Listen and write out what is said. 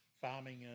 farming